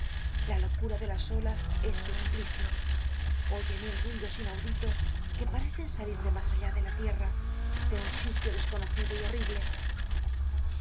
la locura de las olas es su suplicio oye mil ruidos inauditos que parecen salir de mas allá de la tierra de un sitio desconocido y horrible hay